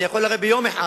אני יכול ביום אחד